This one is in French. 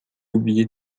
oublié